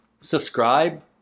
subscribe